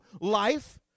life